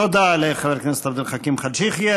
תודה לחבר הכנסת עבד אל חכים חאג' יחיא.